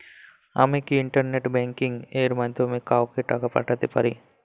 আমি কি internet banking এর মাধ্যমে কাওকে টাকা পাঠাতে পারি?